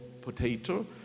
potato